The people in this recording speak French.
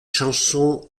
chanson